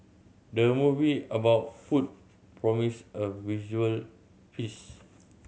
the movie about food promise a visual feast